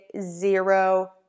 zero